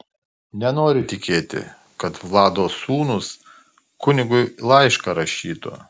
nenoriu tikėti kad vlado sūnūs kunigui laišką rašytų